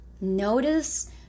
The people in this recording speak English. Notice